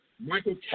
Michael